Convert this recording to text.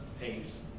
pace